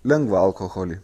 lengvą alkoholį